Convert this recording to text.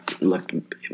look